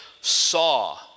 saw